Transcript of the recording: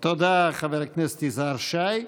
תודה, חבר הכנסת יזהר שי.